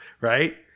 right